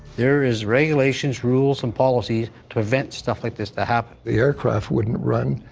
there is regulations, rules, and policies to prevent stuff like this to happen. the aircraft wouldn't run.